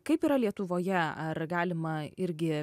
kaip yra lietuvoje ar galima irgi